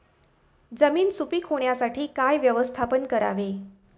जमीन सुपीक होण्यासाठी काय व्यवस्थापन करावे?